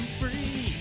free